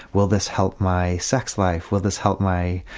will this help my sex life, will this help my,